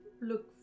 look